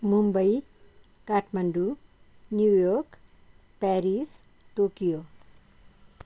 Mumbai Kathmandu New York Paris Tokyo